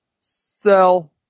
Sell